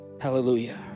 hallelujah